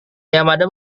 yamada